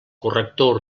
corrector